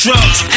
Drugs